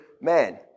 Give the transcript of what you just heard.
man